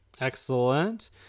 Excellent